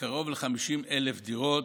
בקרוב ל-50,000 דירות.